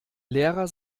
lehrer